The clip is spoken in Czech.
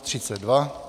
32.